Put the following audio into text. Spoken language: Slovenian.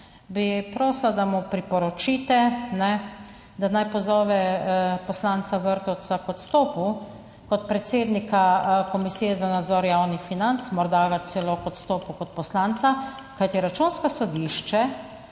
bi prosil, da mu priporočite, da naj pozove poslanca Vrtovca k odstopu kot predsednika Komisije za nadzor javnih financ, morda celo k odstopu kot poslanca, kajti Računsko sodišče